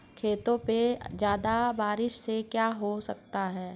खेतों पे ज्यादा बारिश से क्या हो सकता है?